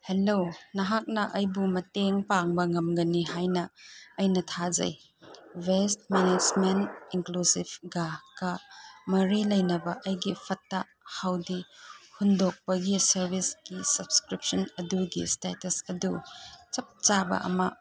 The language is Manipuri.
ꯍꯜꯂꯣ ꯅꯍꯥꯛꯅ ꯑꯩꯕꯨ ꯃꯇꯦꯡ ꯄꯥꯡꯕ ꯉꯝꯒꯅꯤ ꯍꯥꯏꯅ ꯑꯩꯅ ꯊꯥꯖꯩ ꯕꯦꯁ ꯃꯦꯅꯦꯁꯃꯦꯟ ꯏꯟꯀ꯭ꯂꯨꯁꯤꯞꯒꯀ ꯃꯔꯤ ꯂꯩꯅꯕ ꯑꯩꯒꯤ ꯐꯠꯇ ꯍꯥꯎꯗꯤ ꯍꯨꯟꯗꯣꯛꯄꯒꯤ ꯁꯥꯔꯕꯤꯁꯀꯤ ꯁꯞꯁꯀ꯭ꯔꯤꯞꯁꯟ ꯑꯗꯨꯒꯤ ꯏꯁꯇꯦꯇꯁ ꯑꯗꯨ ꯆꯞ ꯆꯥꯕ ꯑꯃ